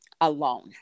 alone